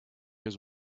his